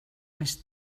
més